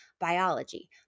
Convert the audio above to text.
biology